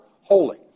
holy